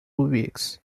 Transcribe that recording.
weeks